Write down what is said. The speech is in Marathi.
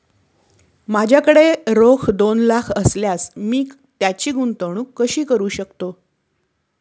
माझ्याकडे रोख दोन लाख असल्यास मी त्याची गुंतवणूक कशी करू शकतो?